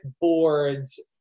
boards